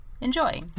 Enjoy